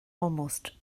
almost